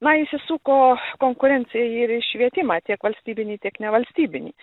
na įsisuko konkurencija ir švietimą tiek valstybinį tiek nevalstybinį